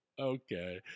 Okay